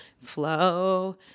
flow